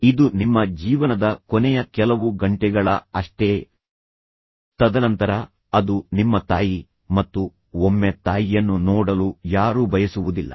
ಇದು ನಿಮ್ಮ ಜೀವನದ ಕೊನೆಯ ಕೆಲವು ಗಂಟೆಗಳ ಅಷ್ಟೇ ತದನಂತರ ಅದು ನಿಮ್ಮ ತಾಯಿ ಮತ್ತು ಒಮ್ಮೆ ತಾಯಿಯನ್ನು ನೋಡಲು ಯಾರು ಬಯಸುವುದಿಲ್ಲ